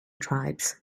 tribes